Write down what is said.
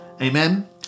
Amen